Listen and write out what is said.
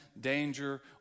danger